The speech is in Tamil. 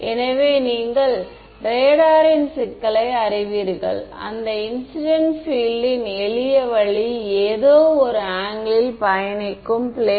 எனவே நான் இந்த 3 வெக்டர்களையும் மீண்டும் வரையறுக்கிறேன்